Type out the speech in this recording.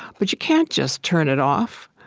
but you can't just turn it off.